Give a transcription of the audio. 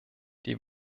die